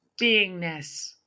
beingness